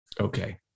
okay